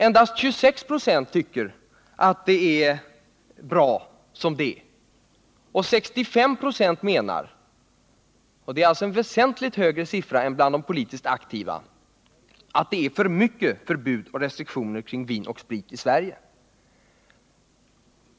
Endast 26 96 tycker att det är bra som det är, och 65 96 menar — en väsentligt högre siffra än bland de politiskt aktiva — att det är för mycket förbud och restriktioner kring vin och sprit i Sverige.